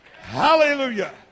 Hallelujah